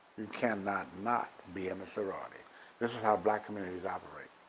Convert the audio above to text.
you cannot not be in a sorority this is how black communities operate.